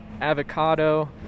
avocado